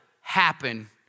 happen